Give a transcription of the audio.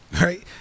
right